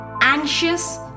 anxious